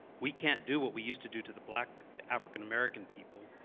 we can't do what we used to do to the black african american people.